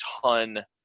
ton